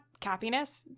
cappiness